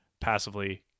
passively